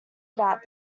about